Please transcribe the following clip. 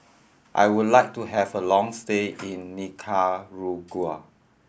I would like to have a long stay in Nicaragua